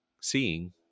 seeing